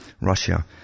Russia